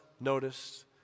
noticed